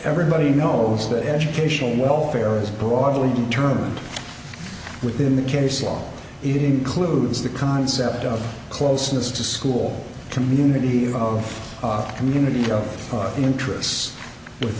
everybody knows that educational welfare is broadly term and within the case law it includes the concept of closeness to school community of community of interests with